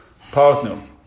partner